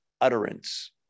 utterance